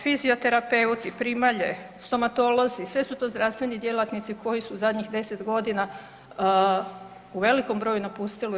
Fizioterapeuti, primalje, stomatolozi, sve su to zdravstveni djelatnici koji su u zadnjih 10 g. u velikom broju napustili RH.